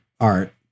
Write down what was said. art